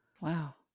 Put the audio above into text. wow